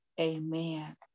amen